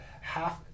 half